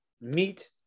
meat